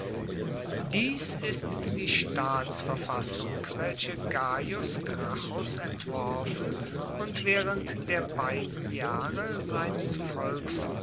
dies ist die staatsverfassung welche gaius gracchus entworfen und während der beiden jahre seines